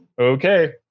okay